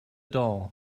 doll